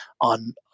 on